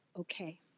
okay